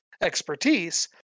expertise